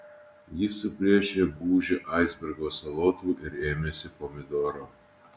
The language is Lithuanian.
jis suplėšė gūžę aisbergo salotų ir ėmėsi pomidoro